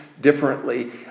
differently